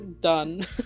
Done